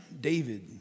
David